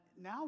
now